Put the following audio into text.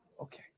okay